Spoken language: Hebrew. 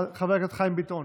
חבר הכנסת חיים ביטון,